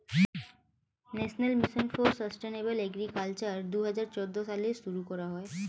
national mission for sustainable agriculture দুহাজার চৌদ্দ সালে শুরু করা হয়